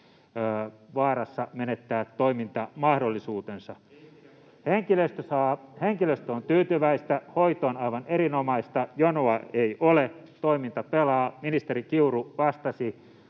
vaarassa menettää toimintamahdollisuutensa. [Aki Lindén: Ei pidä paikkaansa!] Henkilöstö on tyytyväistä, hoito on aivan erinomaista, jonoa ei ole, toiminta pelaa. Ministeri Kiuru vastasi: